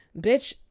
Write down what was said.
bitch